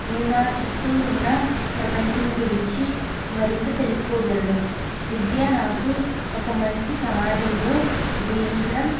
నేను నా చుట్టూ ఉన్న ప్రపంచం గురించి మరింత తెలుసుకోగలను విద్య నాకు ఒక మంచి సమాజంలో జీవించడం